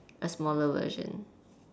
a smaller version